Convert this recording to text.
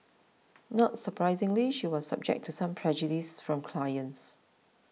not surprisingly she was subject to some prejudice from clients